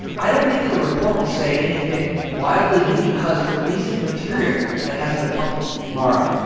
i don't think that the report will say anything wildly new because there isn't material that hasn't been public mara,